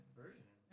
version